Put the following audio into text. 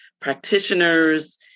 practitioners